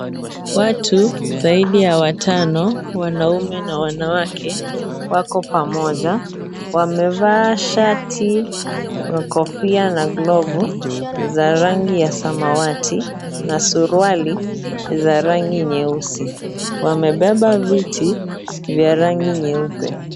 Watu zaidi ya watano, wanaume na wanawake wako pamoja. Wamevaa shati na kofia na glovu za rangi ya samawati na suruali za rangi nyeusi. Wamebeba viti vya rangi nyeupe.